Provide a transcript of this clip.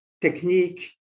technique